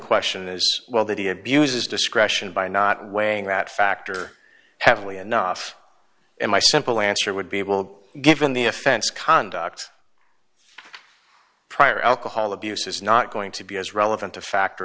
question is well that he abuses discretion by not weighing that factor heavily enough and my simple answer would be will given the offense conduct prior alcohol abuse is not going to be as relevant a factor